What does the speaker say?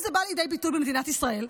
איפה זה בא לידי ביטוי במדינת ישראל?